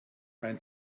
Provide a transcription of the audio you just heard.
mein